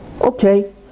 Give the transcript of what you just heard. Okay